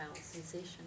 sensation